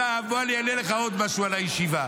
עכשיו, בוא אני אענה לך עוד משהו על הישיבה.